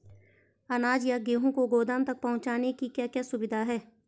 अनाज या गेहूँ को गोदाम तक पहुंचाने की क्या क्या सुविधा है?